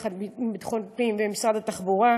יחד עם המשרד לביטחון פנים ועם משרד התחבורה.